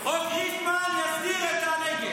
חוק ריפמן יסדיר את הנגב.